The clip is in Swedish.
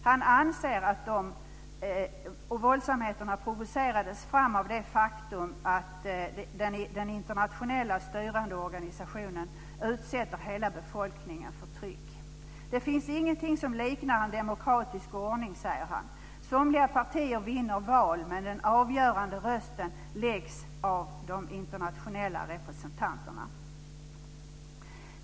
Han anser att våldsamheterna provocerades fram av det faktum att den internationella styrande organisationen utsätter hela befolkningen för tryck. Det finns ingenting som liknar en demokratisk ordning, säger han. Somliga partier vinner val, men de avgörande rösterna läggs av de internationella representanterna. Fru talman!